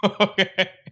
Okay